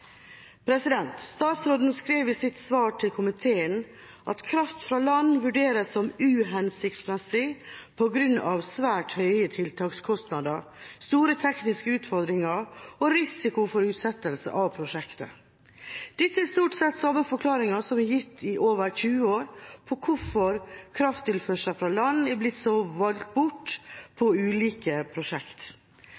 Statsråden skriver i sitt svar til komiteen at kraft fra land vurderes som uhensiktsmessig på grunn av svært høye tiltakskostnader, store tekniske utfordringer og risiko for utsettelse av prosjektet. Dette er stort sett samme forklaringen som i over 20 år er gitt på hvorfor krafttilførsel fra land er blitt valgt bort på